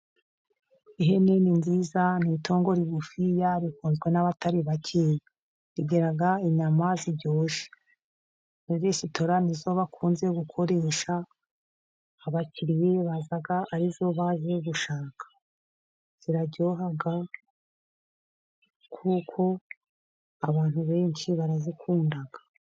Ihene ni nziza, ni itungo rigufiya. Rikunzwe n'abatari bake rigira inyama ziryoshye. Muri resitora ni zo bakunze gukoresha, abakiriya baza arizo baje gushaka. ziraryoha kuko abantu benshi barazikunda.